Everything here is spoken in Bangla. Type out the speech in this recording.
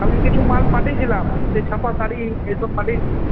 কালকে কিছু মাল পাঠিয়েছিলাম সেই ছাপা শাড়ি এইসব পাঠিয়েছি